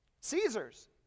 Caesar's